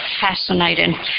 fascinating